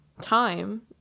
time